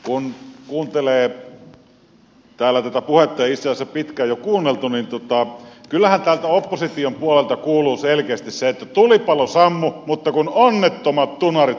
kun kuuntelee täällä tätä puhetta ja itse asiassa pitkään on jo kuunneltu niin kyllähän täältä opposition puolelta kuuluu selkeästi se että tulipalo sammui mutta kun onnettomat tunarit sammutitte sen väärin